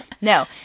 No